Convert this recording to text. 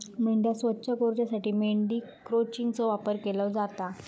मेंढ्या स्वच्छ करूसाठी मेंढी क्रचिंगचो वापर केलो जाता